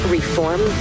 Reform